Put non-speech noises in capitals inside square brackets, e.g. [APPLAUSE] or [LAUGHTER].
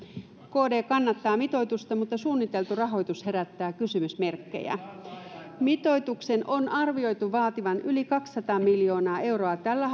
kd kannattaa mitoitusta mutta suunniteltu rahoitus herättää kysymysmerkkejä mitoituksen on arvioitu vaativan yli kaksisataa miljoonaa euroa tällä [UNINTELLIGIBLE]